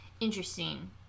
interesting